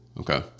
okay